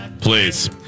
Please